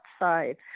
outside